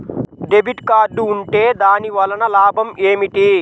Debit card ఉంటే దాని వలన లాభం ఏమిటీ?